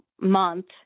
month